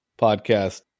podcast